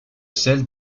celle